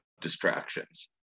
distractions